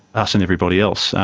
us and everybody else.